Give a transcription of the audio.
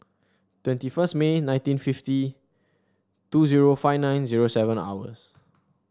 twenty first May nineteen fifty two zero five nine zero seven hours